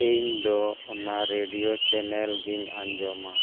ᱤᱧᱫᱚ ᱚᱱᱟ radio channel ᱜᱤᱧ ᱟᱸᱡᱚᱢᱟ